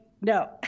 no